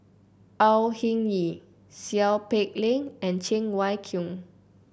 Au Hing Yee Seow Peck Leng and Cheng Wai Keung